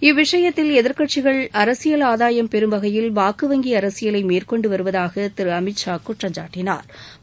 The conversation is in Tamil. இவ்விஷயத்தில் எதிர்கட்சிகள் அரசியல் ஆதாயம் பெரும்வகையில் வாக்கு வங்கி அரசியலை மேற்கொண்டுவருவதாக திரு அமித்ஷா குற்றம் சாட்டினாள்